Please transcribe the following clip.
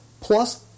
plus